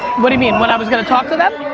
what do you mean? when i was gonna talk to them?